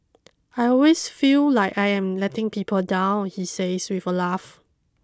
I always feel like I am letting people down he says with a laugh